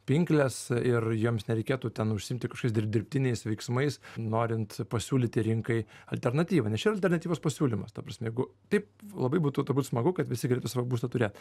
pinkles ir jiems nereikėtų ten užsiimti kažkokiais dirbtiniais veiksmais norint pasiūlyti rinkai alternatyvą nes čia yra alternatyvos pasiūlymas ta prasme jeigu taip labai būtų turbūt smagu kad visi galėtų savo būstą turėt